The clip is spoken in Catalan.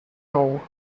nou